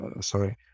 sorry